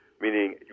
meaning